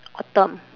autumn